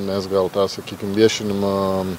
mes gal tą sakykim viešinimo